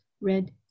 red